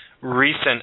recent